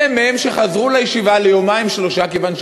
אלה מהם שחזרו לישיבה, ליומיים-שלושה, כיוון שבט'